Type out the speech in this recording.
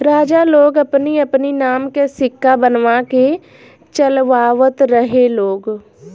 राजा लोग अपनी अपनी नाम के सिक्का बनवा के चलवावत रहे लोग